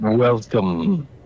Welcome